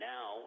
Now